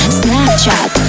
snapchat